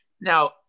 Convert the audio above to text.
Now